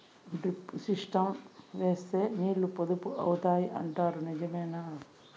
Drip system వేస్తే నీళ్లు పొదుపు అవుతాయి అంటారు నిజమేనా?